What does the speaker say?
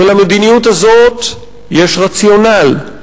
ולמדיניות הזאת יש רציונל.